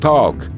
Talk